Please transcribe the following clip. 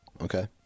okay